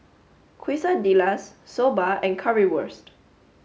Quesadillas Soba and Currywurst